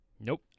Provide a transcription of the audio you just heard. Nope